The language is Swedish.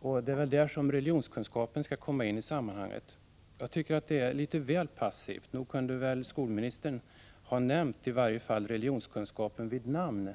Det är väl i det sammanhanget som religionskunskapen skall komma in. Jag tycker att detta var litet väl passivt. Nog kunde skolministern i varje fall ha nämnt religionskunskapen vid namn.